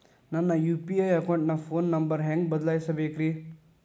ನನ್ನ ಯು.ಪಿ.ಐ ಅಕೌಂಟಿನ phone number ಹೆಂಗ್ ಬದಲಾಯಿಸ ಬೇಕ್ರಿ?